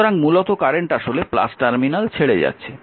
সুতরাং মূলত কারেন্ট আসলে টার্মিনাল ছেড়ে যাচ্ছে